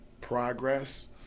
progress